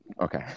okay